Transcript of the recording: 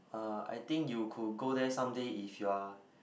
uh I think you could go there someday if you are